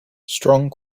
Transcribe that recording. strong